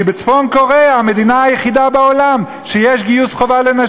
כי צפון-קוריאה היא המדינה היחידה בעולם שיש בה חובת גיוס לנשים,